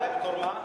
אלא בתור מה?